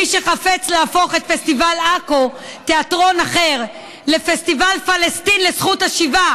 מי שחפץ להפוך את פסטיבל עכו לתיאטרון אחר לפסטיבל פלסטין לזכות השיבה,